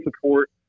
support